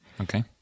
Okay